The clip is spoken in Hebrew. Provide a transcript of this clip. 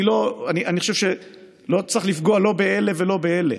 אני חושב שלא צריך לפגוע לא באלה ולא באלה,